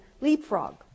leapfrog